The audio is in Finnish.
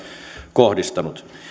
kohdistanut